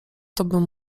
tobym